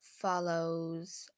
follows